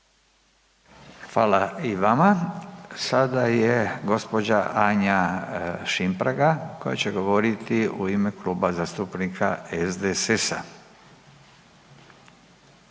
Hvala i vama. Sada je gospođa Anja Šimpraga koja će govoriti u ime Kluba zastupnika SDSS-a.